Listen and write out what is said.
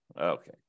Okay